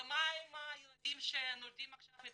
ומה עם הילדים שנולדים עכשיו מפונדקאות,